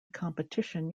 competition